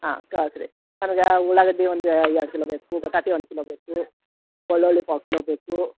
ಹಾಂ ಕಳಿಸ್ರೀ ನಮಗೆ ಉಳ್ಳಾಗಡ್ಡೆ ಒಂದು ಎರಡು ಕಿಲೋ ಬೇಕು ಬಟಾಟೆ ಒಂದು ಕಿಲೋ ಬೇಕು ಬೆಳ್ಳುಳ್ಳಿ ಪಾವು ಕಿಲೋ ಬೇಕು